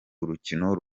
urukino